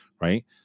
right